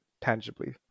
tangibly